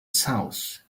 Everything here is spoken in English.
south